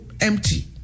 empty